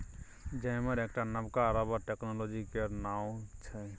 जाइमर एकटा नबका रबर टेक्नोलॉजी केर नाओ छै